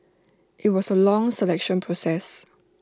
IT was A long selection process